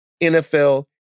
NFL